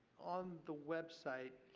on the website,